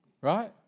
right